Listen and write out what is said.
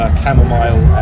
chamomile